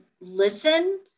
listen